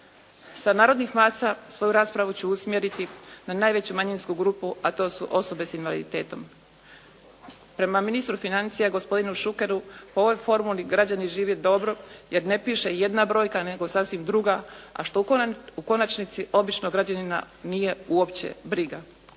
Sa narodnih masa svoju raspravu ću usmjeriti na najveću manjinsku grupu, a to su osobe s invaliditetom. Prema ministru financija gospodinu Šukeru po ovoj formuli građani žive dobro, jer ne piše jedna brojka, nego sasvim druga, a što u konačnici običnog građanina nije uopće briga